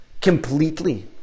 completely